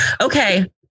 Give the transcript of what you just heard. Okay